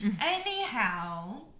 anyhow